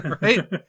Right